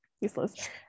useless